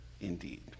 indeed